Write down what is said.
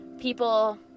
people